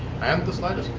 and the slightest.